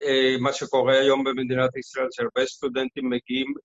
מה שקורה היום במדינת ישראל, שהרבה סטודנטים מגיעים